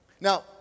Now